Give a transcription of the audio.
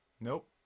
Nope